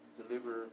deliver